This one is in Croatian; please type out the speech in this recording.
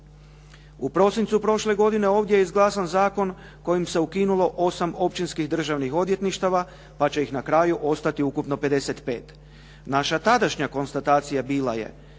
U prosincu prošle godine ovdje je izglasan zakon kojim se ukinulo 8 općinskih državnih odvjetništava, pa će ih na kraju ostati ukupno 55. Naša tadašnja konstatacija bila je,